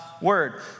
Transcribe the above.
word